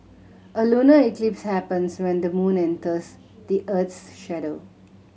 a lunar eclipse happens when the moon enters the earth's shadow